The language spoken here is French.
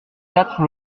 quatre